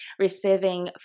receiving